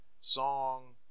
song